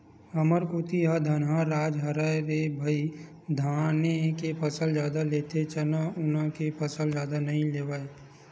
हमर कोती ह धनहा राज हरय रे भई धाने के फसल जादा लेथे चना उना के फसल जादा नइ लेवय